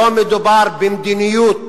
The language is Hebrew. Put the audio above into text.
מדובר במדיניות